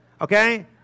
Okay